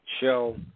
show